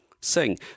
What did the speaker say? sing